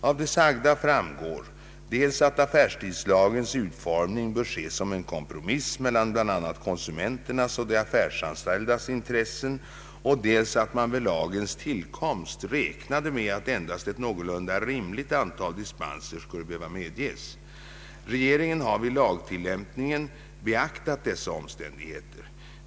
Av det sagda framgår dels att affärstidslagens utformning bör ses som en kompromiss mellan bl.a. konsumenternas och de affärsanställdas intressen, dels att man vid lagens tillkomst räknade med att endast ett någorlunda rimligt antal dispenser skulle behöva medges. Regeringen har vid lagtillämpningen beaktat dessa omständigheter.